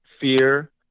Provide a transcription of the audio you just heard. fear